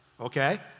okay